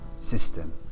system